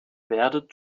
werdet